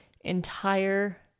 entire